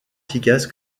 efficace